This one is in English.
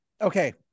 Okay